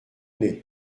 nez